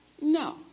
No